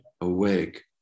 awake